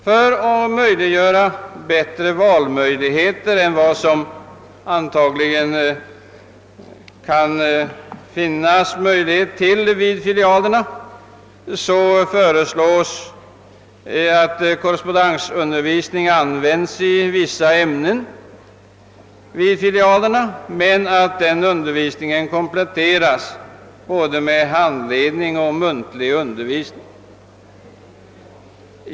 För att erhålla bättre valmöjligheter vid filialerna föreslås att korrespondensundervisning används i vissa ämnen där, men att denna undervisning kompletteras med både handledning och muntlig undervisning.